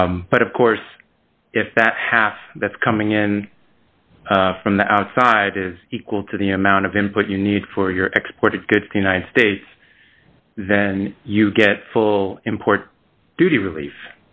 but of course if that half that's coming in from the outside is equal to the amount of input you need for your export of goods united states then you get full import duty relief